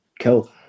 Cool